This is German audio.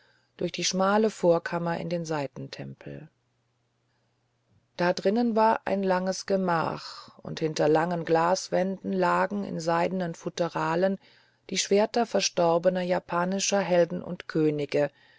durch die schmale vorkammer in den seitentempel da drinnen war ein langes gemach und hinter langen glaswänden lagen in seidenen futteralen die schwerter verstorbener japanischer helden und könige